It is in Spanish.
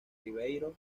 ribeiro